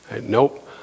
Nope